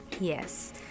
Yes